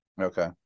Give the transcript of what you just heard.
Okay